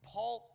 Paul